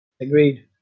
agreed